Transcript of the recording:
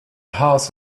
house